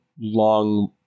long